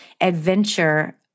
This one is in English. adventure